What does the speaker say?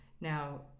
Now